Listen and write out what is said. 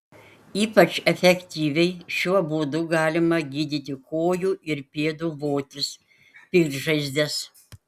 ypač efektyviai šiuo būdu galima gydyti kojų ir pėdų votis piktžaizdes